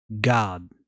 God